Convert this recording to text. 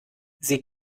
sie